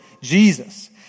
Jesus